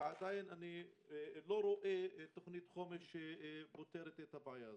ואני עדיין לא רואה תוכנית חומש פותרת את הבעיה הזו.